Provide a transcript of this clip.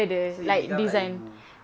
so you become like ibu